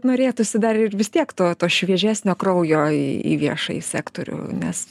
norėtųsi dar ir vis tiek to šviežesnio kraujo į viešąjį sektorių nes